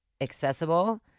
accessible